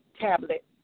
tablet